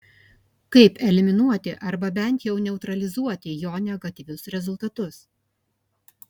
kaip eliminuoti arba bent jau neutralizuoti jo negatyvius rezultatus